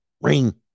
Ring